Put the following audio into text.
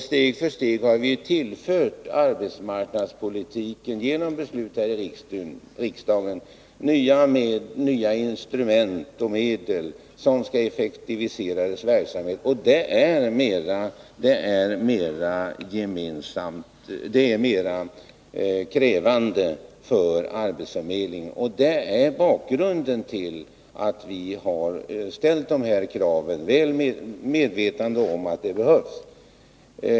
Steg för steg har vi genom beslut här i riksdagen tillfört arbetsmarknadspolitiken nya instrument och medel, som skall vidga verksamheten. Det gör arbetet mer krävande för arbetsförmedlingarna. Det är bakgrunden till att vi har ställt dessa krav. Vi är medvetna om att de behövs.